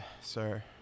sir